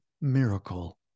miracle